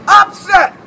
upset